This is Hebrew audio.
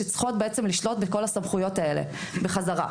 שצריכות בעצם לשלוט בכל הסמכויות האלה בחזרה.